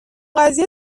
قضیه